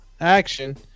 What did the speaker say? action